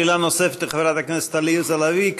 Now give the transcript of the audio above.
שאלה נוספת לחברת הכנסת עליזה לביא.